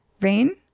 Rain